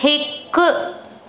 हिकु